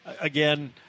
again